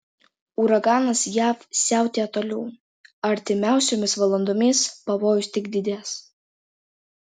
uraganas jav siautėja toliau artimiausiomis valandomis pavojus tik didės